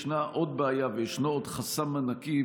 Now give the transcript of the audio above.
ישנה עוד בעיה וישנו עוד חסם ענקי,